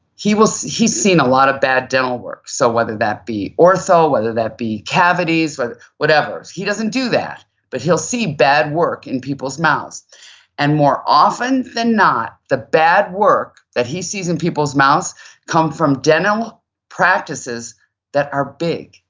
he's seen a lot of bad dental work. so whether that be ortho, whether that be cavities, but whatever, he doesn't do that but he'll see bad work in people's mouths and more often than not, the bad work that he sees in people's mouths come from dental practices that are big,